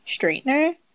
straightener